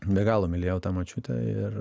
be galo mylėjau tą močiutę ir